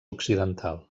occidental